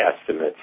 estimates